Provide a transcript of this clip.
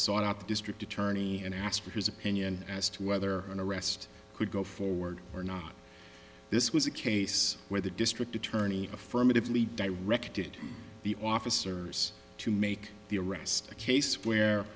saw the district attorney and asked for his opinion as to whether an arrest could go forward or not this was a case where the district attorney affirmatively directed the officers to make the arrest the case where